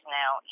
now